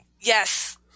Yes